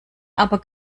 aber